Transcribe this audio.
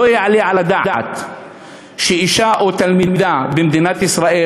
לא יעלה על הדעת שאישה או תלמידה במדינת ישראל